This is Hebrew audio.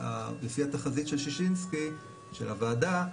לפי התחזית של שישינסקי, של הוועדה,